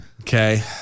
Okay